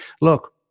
look